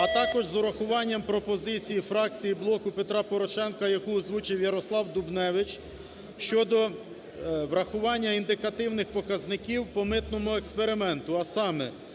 А також з урахуванням пропозицій фракції "Блоку Петра Порошенка", яку озвучив Ярослав Дубневич, щодо врахування індикативних показників по митному експерименту, а саме,